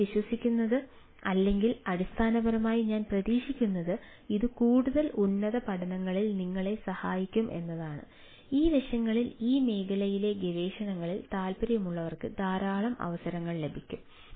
അതിനാൽ ഞാൻ വിശ്വസിക്കുന്നത് അല്ലെങ്കിൽ അടിസ്ഥാനപരമായി ഞാൻ പ്രതീക്ഷിക്കുന്നത് ഇത് കൂടുതൽ ഉന്നത പഠനങ്ങളിൽ നിങ്ങളെ സഹായിക്കും എന്നതാണ് ഈ വശങ്ങളിൽ ഈ മേഖലയിലെ ഗവേഷണങ്ങളിൽ താൽപ്പര്യമുള്ളവർക്ക് ധാരാളം അവസരങ്ങൾ ലഭിക്കും